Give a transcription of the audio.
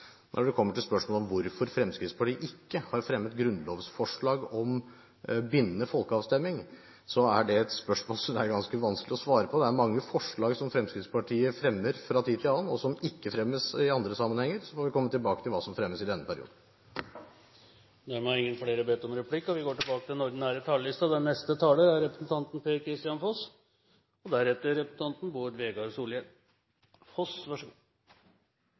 Når det gjelder spørsmålet om hvorfor Fremskrittspartiet ikke har fremmet grunnlovsforslag om bindende folkeavstemning, er det et spørsmål som det er ganske vanskelig å svare på. Det er mange forslag som Fremskrittspartiet fremmer fra tid til annen, og som ikke fremmes i andre sammenhenger. Så får vi komme tilbake til hva som fremmes i denne perioden. Dermed er replikkordskiftet omme. Jeg viser til saksordførerens innlegg, som på alle måter dekker sakens realiteter og mitt syn. Derfor blir dette innlegget kort. I dag er det til